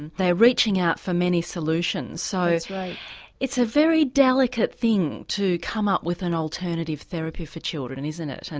and they are reaching out for many solutions so it's a very delicate thing to come up with an alternative therapy for children, and isn't it, and